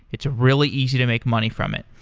it's really easy to make money from it.